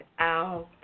out